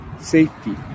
safety